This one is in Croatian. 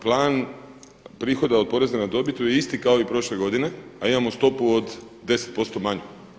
Plan prihoda od poreza na dobit je isti kao i prošle godine, a imamo stopu od 10% manju.